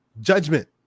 judgment